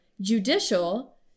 judicial